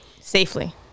Safely